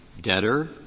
debtor